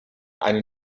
eine